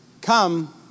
come